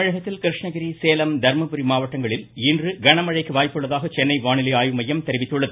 தமிழகத்தில் கிருஷ்ணகிரி சேலம் தர்மபுரி மாவட்டங்களில் இன்று கனமழைக்கு வாய்ப்புள்ளதாக சென்னை வானிலை மையம் அறிவித்துள்ளது